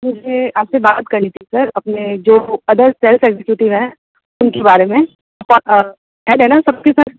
मुझे आपसे बात करनी थी सर अपने जो अदर सेल्स इग्ज़ेक्युटिव हैं उनके बारे में ऐंड है ना सब के सब